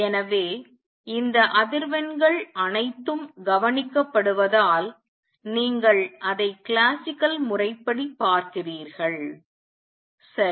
எனவே இந்த அதிர்வெண்கள் அனைத்தும் கவனிக்கப்படுவதால் நீங்கள் அதை கிளாசிக்கல் முறைப்படி பார்க்கிறீர்கள் சரி